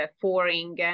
foreign